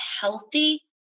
healthy